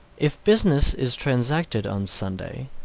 if business is transacted on sunday,